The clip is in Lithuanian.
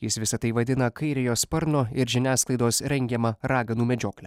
jis visa tai vadina kairiojo sparno ir žiniasklaidos rengiama raganų medžiokle